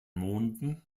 monden